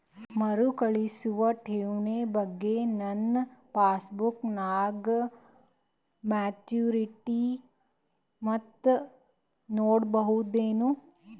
ಮರುಕಳಿಸುವ ಠೇವಣಿ ಬಗ್ಗೆ ನನ್ನ ಪಾಸ್ಬುಕ್ ನಾಗ ಮೆಚ್ಯೂರಿಟಿ ಮೊತ್ತ ನೋಡಬಹುದೆನು?